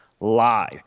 lie